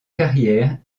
carrière